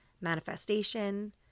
manifestation